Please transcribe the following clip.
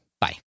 Bye